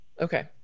Okay